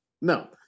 No